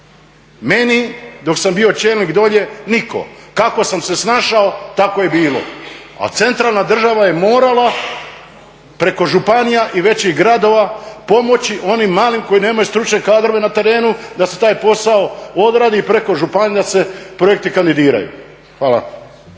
Meni dok sam bio čelnik dolje nitko, kako sam se snašao tako je bilo. A centralna država je morala preko županija i većih gradova pomoći onim malim koji nemaju stručne kadrove na terenu da se taj posao odradi i preko županija da se projekti kandidiraju. Hvala.